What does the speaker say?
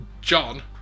John